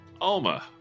Alma